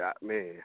man